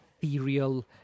ethereal